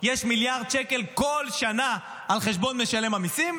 יש מיליארד שקל בכל שנה על חשבון משלם המיסים,